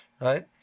right